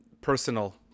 personal